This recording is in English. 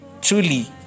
truly